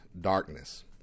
darkness